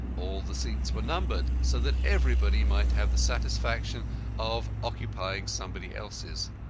all the seats were numbered, so that everybody might have the satisfaction of occupying somebody else's.